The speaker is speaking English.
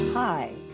Hi